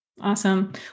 Awesome